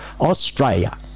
Australia